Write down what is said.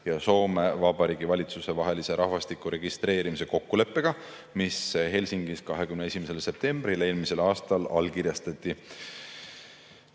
ja Soome Vabariigi valitsuse vahelise rahvastiku registreerimise kokkuleppega, mis allkirjastati 21. septembril eelmisel aastal Helsingis.